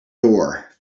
door